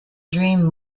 dream